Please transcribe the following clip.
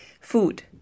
Food